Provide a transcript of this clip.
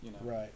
right